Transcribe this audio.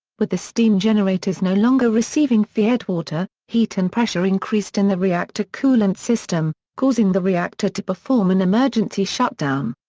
with the steam generators no longer receiving feedwater, heat and pressure increased in the reactor coolant system, causing the reactor to perform an emergency shutdown.